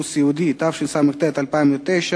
סייג לזכאות לגמלת סיעוד),